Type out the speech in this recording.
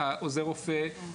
אבל העמדה שלנו היא